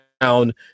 down